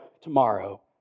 tomorrow